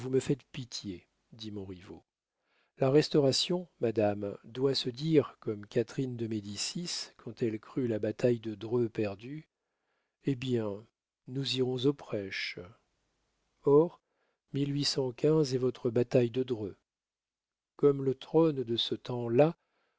faites pitié dit montriveau la restauration madame doit se dire comme catherine de médicis quand elle crut la bataille de dreux perdue eh bien nous irons au prêche or est votre bataille de dreux comme le trône de ce temps-là